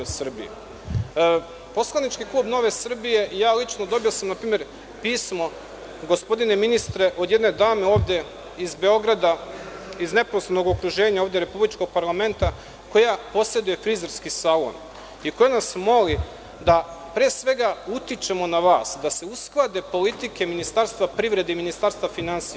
Poslanički klub Nove Srbije, ja lično, dobio je pismo, gospodine ministre, od jedne dame iz Beograda, iz neposrednog okruženja republičkog parlamenta, a koja poseduje frizerski salon i koja nas moli da pre svega utičemo na vas da se usklade politike Ministarstva privrede i Ministarstva finansija.